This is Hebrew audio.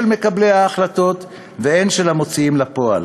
מקבלי ההחלטות והן של המוציאים לפועל.